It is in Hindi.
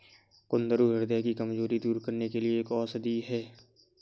कुंदरू ह्रदय की कमजोरी दूर करने के लिए एक औषधि है